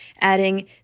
adding